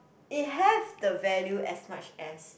it have the value as much as